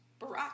Barack